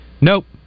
Nope